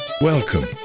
Welcome